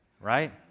right